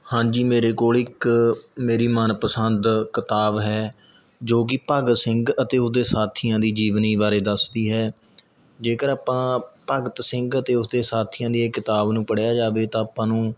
ਹਾਂਜੀ ਮੇਰੇ ਕੋਲ ਇੱਕ ਮੇਰੀ ਮਨਪਸੰਦ ਕਿਤਾਬ ਹੈ ਜੋ ਕਿ ਭਗਤ ਸਿੰਘ ਅਤੇ ਉਹਦੇ ਸਾਥੀਆਂ ਦੀ ਜੀਵਨੀ ਬਾਰੇ ਦੱਸਦੀ ਹੈ ਜੇਕਰ ਆਪਾਂ ਭਗਤ ਸਿੰਘ ਅਤੇ ਉਸਦੇ ਸਾਥੀਆਂ ਦੀ ਇਹ ਕਿਤਾਬ ਨੂੰ ਪੜ੍ਹਿਆ ਜਾਵੇ ਤਾਂ ਆਪਾਂ ਨੂੰ